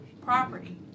property